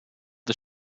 the